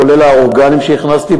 כולל האורגנים שהכנסתי,